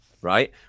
right